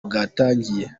bwatangiye